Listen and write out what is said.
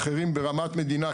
אחרים ברמת מדינה,